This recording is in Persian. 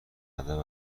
ادب